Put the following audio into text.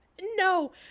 no